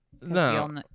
No